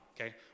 okay